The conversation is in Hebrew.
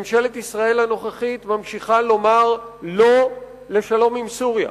ממשלת ישראל הנוכחית ממשיכה לומר לא לשלום עם סוריה.